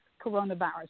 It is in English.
coronavirus